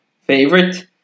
favorite